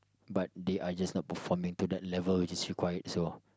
but they are just not performing to that level which is required so